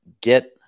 get